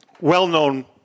well-known